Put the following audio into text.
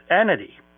entity